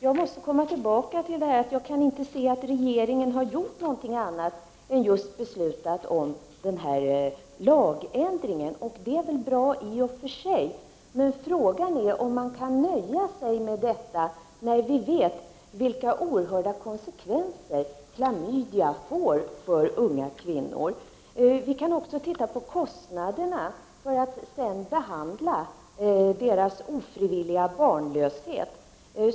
Fru talman! Jag kan inte se att regeringen har gjort något annat än beslutat om att ändra lagen. Det är i och för sig bra, men frågan är om man kan nöja sig med detta. Vi vet vilka oerhörda konsekvenser klamydia kan få för unga kvinnor. Låt oss också titta på kostnaderna för att behandla kvinnornas ofrivilliga barnlöshet.